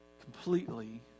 completely